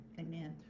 Amen